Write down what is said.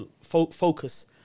focus